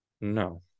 No